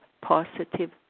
positive